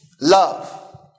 love